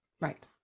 right